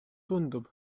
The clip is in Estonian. tundub